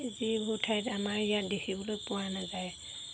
যিবোৰ ঠাইত আমাৰ ইয়াত দেখিবলৈ পোৱা নাযায়